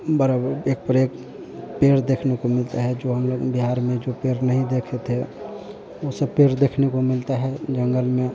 बड़ा एक पर एक पेड़ देखने को मिलते हैं जो हम लोग बिहार में जो पेड़ नहीं देखे थे उ सब पेड़ देखने को मिलते हैं जंगल में